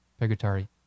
purgatory